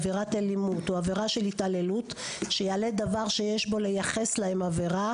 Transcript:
עבירת אלימות או עבירה של התעללות שיעלה דבר שיש בו לייחס להם עבירה,